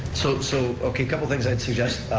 so, so, okay, couple things i'd suggest,